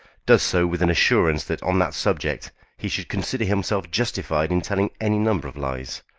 does so with an assurance that on that subject he should consider himself justified in telling any number of lies.